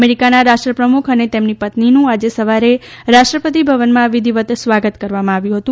અમેરીકાના રાષ્ટ્રપ્રમુખ અને તેમની પત્નીનું આજે સવારે રાષ્ટ્રપતિ ભવનમાં વિધિવત સ્વાગત કરવામાં આવ્યું હતું